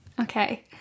okay